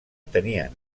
tenia